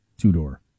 two-door